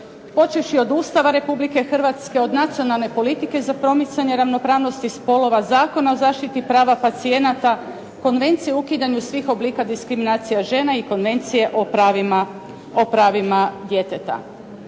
počevši od Ustava Republike Hrvatske, od nacionalne politike za promicanje ravnopravnosti spolova, Zakona o zaštiti prava pacijenata, Konvencije o ukidanju svih oblika diskriminacije žena i Konvencije o pravima djeteta.